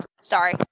Sorry